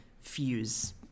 fuse